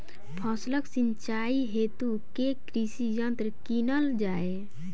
फसलक सिंचाई हेतु केँ कृषि यंत्र कीनल जाए?